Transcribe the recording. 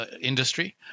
industry